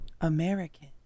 American